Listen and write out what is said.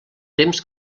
temps